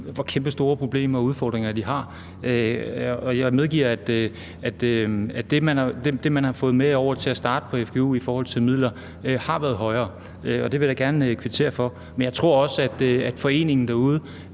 hvor kæmpestore problemer og udfordringer de har. Jeg medgiver, at det, man har fået med over til at starte med på fgu af midler har været højere. Det vil jeg da gerne kvittere for. Men jeg tror også, vi simpelt hen